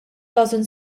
dozen